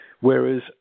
Whereas